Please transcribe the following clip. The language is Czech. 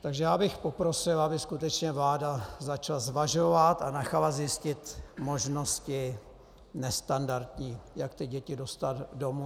Takže já bych poprosil, aby skutečně vláda začala zvažovat a nechala zjistit možnosti nestandardní, jak ty děti dostat domů.